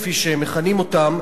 כפי שמכנים אותם,